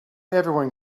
everyone